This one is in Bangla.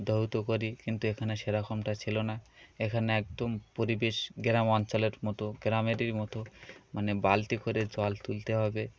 ধৌত করি কিন্তু এখানে সেরকমটা ছিলো না এখানে একদম পরিবেশ গ্রাম অঞ্চলের মতো গ্রামেরই মতো মানে বালতি করে জল তুলতে হবে